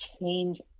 change